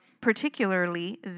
particularly